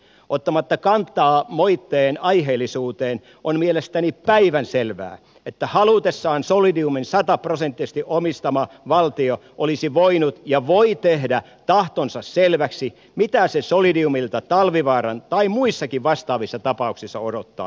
ottamatta kantaa moitteen aiheellisuuteen on mielestäni päivänselvää että halutessaan solidiumin sataprosenttisesti omistama valtio olisi voinut ja voi tehdä selväksi tahtonsa mitä se solidiumilta talvivaaran tai muissakin vastaavissa tapauksissa odottaa